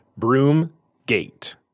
Broomgate